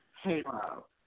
Halo